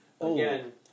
again